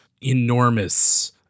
enormous